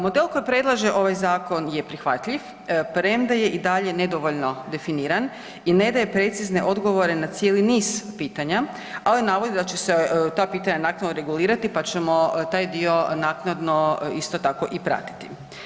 Model koji predlaže ovaj zakon je prihvatljiv premda je i dalje nedovoljno definiran i ne daje precizne odgovore na cijeli niz pitanja ali navodi da će se ta pitanja naknadno regulirati pa ćemo taj dio naknadno isto tako i pratiti.